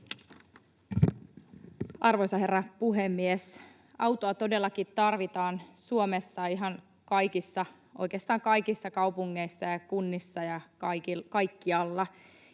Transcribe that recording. Arvoisa herra puhemies! Autoa todellakin tarvitaan Suomessa oikeastaan ihan kaikissa kaupungeissa ja kunnissa, kaikkialla.